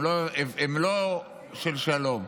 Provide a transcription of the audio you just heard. לא של שלום.